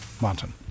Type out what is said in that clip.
Martin